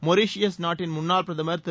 Mauritius நாட்டின் முன்னாள் பிரதமர் திரு